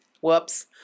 Whoops